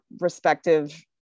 respective